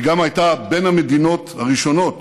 היא גם הייתה בין המדינות הראשונות